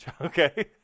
okay